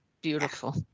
beautiful